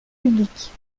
publiques